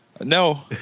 No